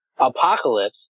Apocalypse